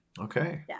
Okay